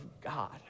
God